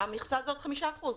המכסה הזאת, היא חמישה אחוזים.